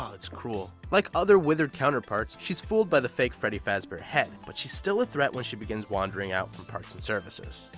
um that's cruel. like other withered counterparts, she's fooled by the fake freddy fazbear head, but she's still a threat when she begins wandering out from parts and services.